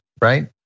right